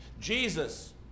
Jesus